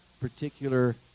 particular